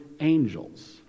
Angels